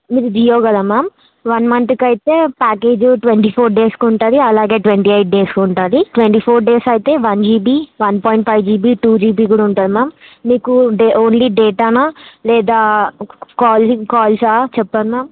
మీకు జియో కదా ma'am one మంత్కి ఐతే ప్యాకెజ్ ట్వంటీ ఫోర్ డేస్కి ఉంటుంది అలాగే ట్వంటీ ఎయిట్ డేస్ ఉంటుంది ట్వంటీ ఫోర్ డేస్ అయితే one GB one point five GB two GB కూడా ఉంటుంది మ్యామ్ మీకు డే ఓన్లీ డేటానా లేదా కాలింగ్ కాల్సా చెప్పండి మ్యామ్